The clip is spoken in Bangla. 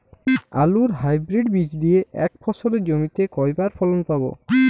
আলুর হাইব্রিড বীজ দিয়ে এক ফসলী জমিতে কয়বার ফলন পাব?